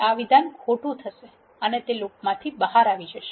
આ વિધાન ખોટું છે અને તે લૂપમાંથી બહાર આવી જશે